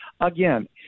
again